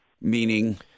Meaning